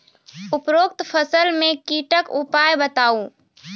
उपरोक्त फसल मे कीटक उपाय बताऊ?